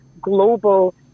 global